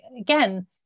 again